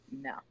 No